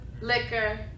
liquor